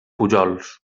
pujols